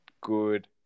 good